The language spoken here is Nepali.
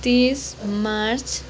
तिस मार्च